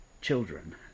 children